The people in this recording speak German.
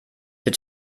wird